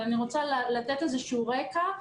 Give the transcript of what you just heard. אבל אני רוצה לתת איזשהו רקע,